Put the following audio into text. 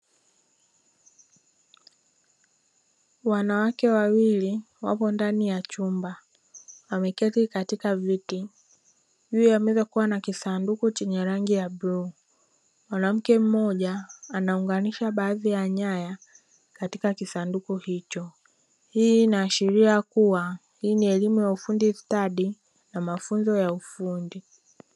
Wanawake wawili wapo ndani ya chumba wameketi katika viti, juu ya meza kukiwa na kisanduku chenye rangi ya bluu. Mwanamke mmoja anaunganisha baadhi ya nyaya katika kisanduku hicho, hii inaashiria kua hii ni elimu ya ufundi stadi na mafunzo ya ufundi.